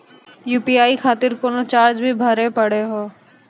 UPI खातिर कोनो charge भी भरी पड़ी हो?